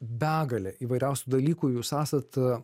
begalę įvairiausių dalykų jūs esat